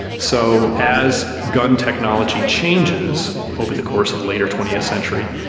so as gun technology changes over the course of the later twentieth century,